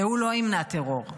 והוא לא ימנע טרור,